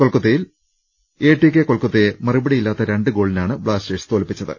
കൊൽക്കത്തിയിൽ A T K കൊൽക്കത്തയെ മറുപടിയില്ലാത്ത രണ്ട് ഗോളിനാണ് ബ്ലാസ്റ്റേഴ്സ് തോൽപ്പിച്ചത്